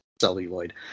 celluloid